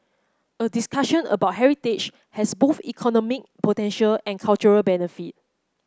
a discussion about heritage has both economic potential and cultural benefit